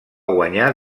guanyar